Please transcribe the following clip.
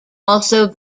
also